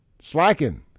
slacking